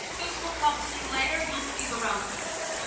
this will come to you later. you'll see the relevance.